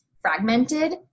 fragmented